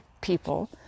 people